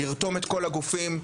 לרתום את כל הגופים,